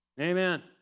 Amen